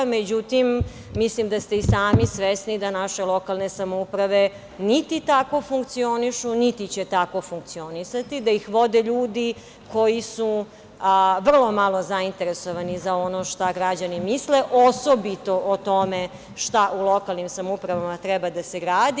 Međutim, mislim da ste i sami svesni da naše lokalne samouprave niti tako funkcionišu, niti će tako funkcionisati, da ih vode ljudi koji su vrlo malo zainteresovani za ono što građani misle, osobite o tome šta u lokalnim samoupravama treba da se gradi.